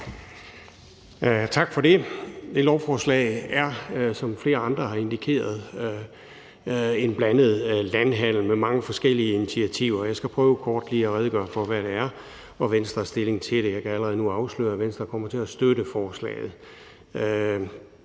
Tak for det. Det her lovforslag er – som flere andre har indikeret – en blandet landhandel med mange forskellige initiativer, og jeg skal prøve kort lige at redegøre for, hvad det går ud på, og hvordan Venstres stilling til det er. Jeg kan allerede nu afsløre, at Venstre kommer til at støtte forslaget.